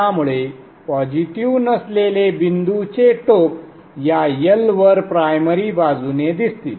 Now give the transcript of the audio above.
त्यामुळे पॉझिटिव्ह नसलेले बिंदूचे टोक या L वर प्रायमरी बाजूने दिसतील